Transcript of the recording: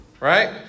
Right